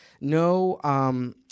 No –